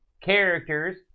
characters